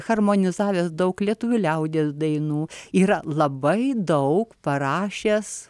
harmonizavęs daug lietuvių liaudies dainų yra labai daug parašęs